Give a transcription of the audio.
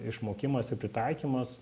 išmokimas ir pritaikymas